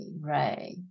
right